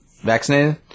vaccinated